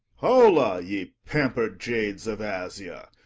holla, ye pamper'd jades of asia!